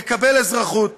יקבל אזרחות.